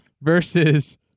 versus